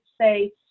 say